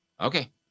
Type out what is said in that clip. Okay